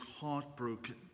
heartbroken